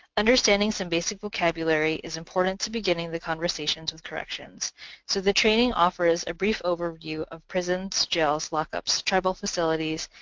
understanding some basic vocabulary is important to beginning the conversations with corrections. so the training offers a brief overview of prisons, jails, lockups, tribal facilities,